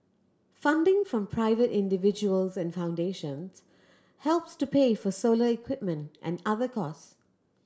funding from private individuals and foundations helps to pay for solar equipment and other cost